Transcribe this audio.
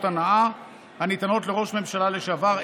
הנאה" הניתנות לראש ממשלה לשעבר,